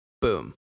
Boom